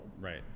Right